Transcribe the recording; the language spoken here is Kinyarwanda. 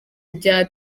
bya